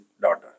daughter